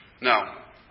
Now